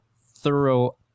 thorough